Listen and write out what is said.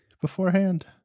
beforehand